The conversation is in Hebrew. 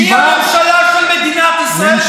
הממשלה קיבלה אמון על אפכם וחמתכם.